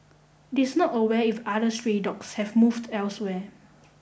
it is not aware if the other stray dogs have moved elsewhere